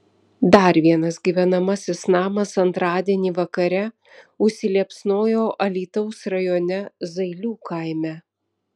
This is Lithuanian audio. dar vienas gyvenamasis namas antradienį vakare užsiliepsnojo alytaus rajone zailių kaime